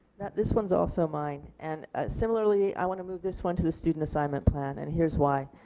this one is also mine and similarly i want to move this one to the student assignment plan and here is why.